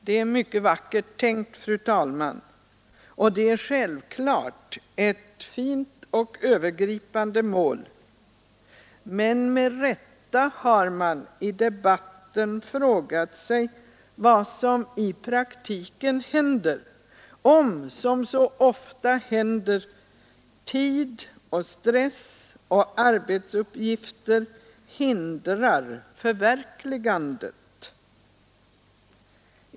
Det är mycket vackert tänkt, fru talman, och det är självfallet ett fint och övergripande mål, men med rätta har man i debatten frågat sig vad som i praktiken händer om — som så ofta sker — tidsbrist och stress och arbetsuppgifter hindrar förverkligandet.